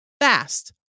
fast